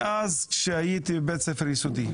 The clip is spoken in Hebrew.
מאז שהייתי בבית-ספר יסודי,